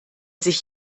sich